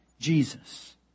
Jesus